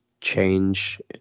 change